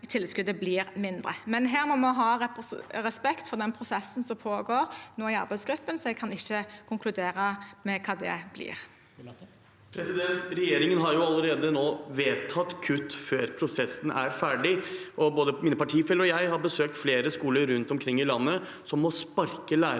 Her må vi ha respekt for den prosessen som pågår i arbeidsgruppen, så jeg kan ikke konkludere med hva det blir. Himanshu Gulati (FrP) Regjeringen har allerede nå vedtatt kutt, før prosessen er ferdig. Både mine partifeller og jeg har besøkt flere skoler rundt omkring i landet som må sparke lærere